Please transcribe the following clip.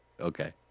okay